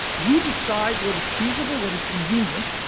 we decide what is feasible, what is convenient,